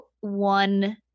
one